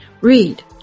read